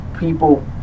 People